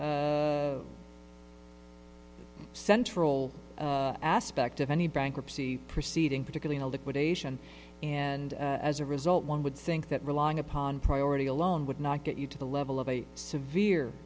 the central aspect of any bankruptcy proceeding particularly liquidation and as a result one would think that relying upon priority alone would not get you to the level of a severe